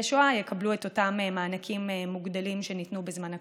שואה יקבלו את אותם מענקים מוגדלים שניתנו בזמן הקורונה.